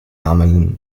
عمل